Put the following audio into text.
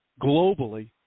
globally